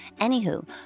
Anywho